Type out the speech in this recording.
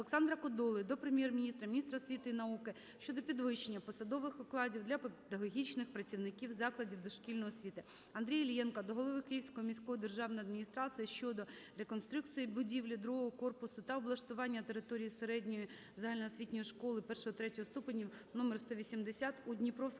Олександра Кодоли до Прем'єр-міністра, міністра освіти і науки щодо підвищення посадових окладів для педагогічних працівників закладів дошкільної освіти. Андрія Іллєнка до голови Київської міської державної адміністрації щодо реконструкції будівлі другого корпусу та облаштування території середньої загальноосвітньої школи І-ІІІ ступенів № 180 у Дніпровському